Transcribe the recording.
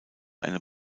eine